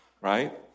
Right